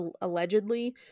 allegedly